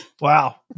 Wow